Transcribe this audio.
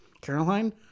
Caroline